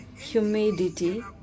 humidity